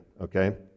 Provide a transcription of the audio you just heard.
okay